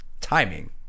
timing